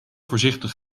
voorzichtig